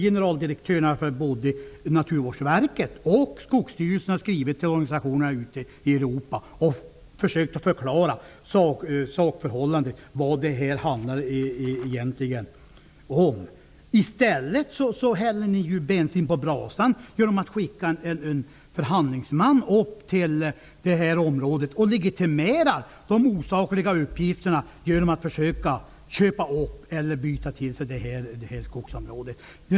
Generaldirektörerna för både Naturvårdsverket och Skogsstyrelsen har skrivit till organisationer ute i Europa och försökt förklara vad det egentligen handlar om. I stället häller regeringen bensin på brasan genom att skicka upp en förhandlingsman till området och legitimerar de osakliga uppgifterna genom att försöka köpa eller byta in skogsområdet.